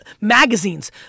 magazines